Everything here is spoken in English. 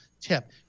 tip